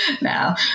now